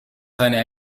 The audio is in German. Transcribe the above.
einer